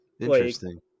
Interesting